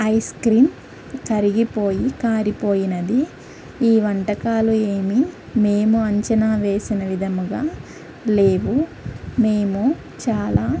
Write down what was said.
ice cream కరిగిపోయి కారిపోయినది ఈ వంటకాలు ఏమి మేము అంచనా వేసిన విధముగా లేవు మేము చాలా